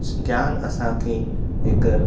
ज्ञान असांखे हिकु